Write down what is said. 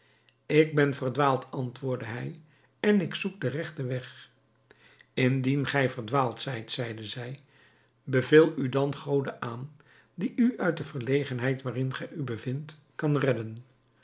ik ben verdwaald antwoordde hij en ik zoek den regten weg indien gij verdwaald zijt zeide zij beveel u dan gode aan die u uit de verlegenheid waarin gij u bevindt kan redden